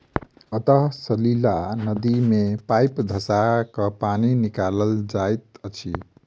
अंतः सलीला नदी मे पाइप धँसा क पानि निकालल जाइत अछि